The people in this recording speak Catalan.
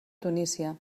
tunísia